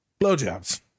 blowjobs